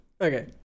Okay